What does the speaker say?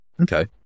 Okay